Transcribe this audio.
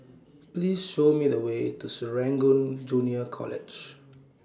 Please Show Me The Way to Serangoon Junior College